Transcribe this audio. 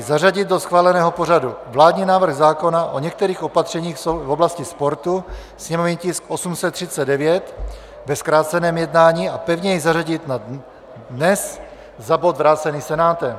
Zařadit do schváleného pořadu vládní návrh zákona o některých opatřeních v oblasti sportu, sněmovní tisk 839 ve zkráceném jednání, a pevně jej zařadit na dnes za bod vrácený Senátem.